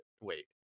Wait